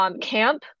camp